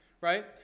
right